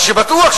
מה שבטוח,